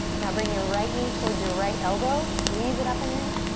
now bring your right knee towards your right elbow. squeeze it up and in.